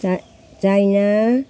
चा चाइना